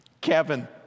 Kevin